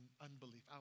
unbelief